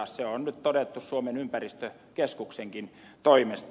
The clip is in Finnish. se on nyt todettu suomen ympäristökeskuksenkin toimesta